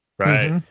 right?